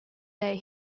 day